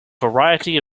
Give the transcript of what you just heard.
variety